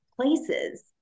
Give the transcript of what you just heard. places